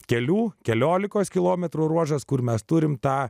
kelių keliolikos kilometrų ruožas kur mes turime tą